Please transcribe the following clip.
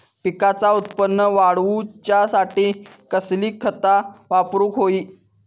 पिकाचा उत्पन वाढवूच्यासाठी कसली खता वापरूक होई?